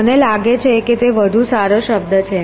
મને લાગે છે કે તે વધુ સારો શબ્દ છે